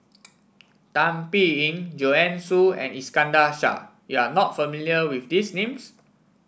Tan Biyun Joanne Soo and Iskandar Shah you are not familiar with this names